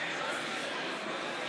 הסכמים,